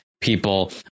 people